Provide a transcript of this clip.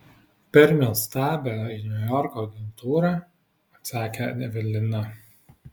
per nuostabią niujorko agentūrą atsakė evelina